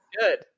good